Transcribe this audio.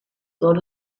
todos